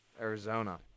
Arizona